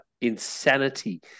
insanity